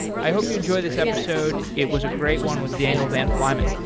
i hope you enjoy this episode. it was a great one with daniel van flymen